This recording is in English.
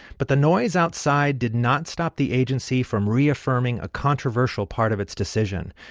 but the noise outside did not stop the agency from reaffirming a controversial part of its decision.